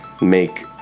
make